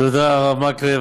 תודה, הרב מקלב.